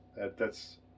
that—that's